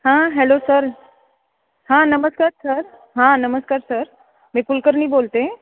हां hello sir हां नमस्कार सर हां नमस्कार सर मी कुलकर्नी बोलते आहे